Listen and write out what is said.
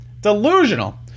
Delusional